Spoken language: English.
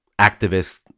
activists